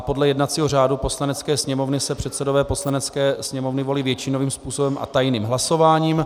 Podle jednacího řádu Poslanecké sněmovny se předsedové poslaneckých komisí volí většinovým způsobem a tajným hlasováním.